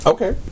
Okay